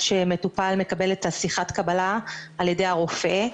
עד שמטופל מקבל את שיחת הקבלה על ידי הרופא,